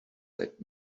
that